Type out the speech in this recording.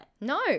No